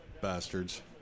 Bastards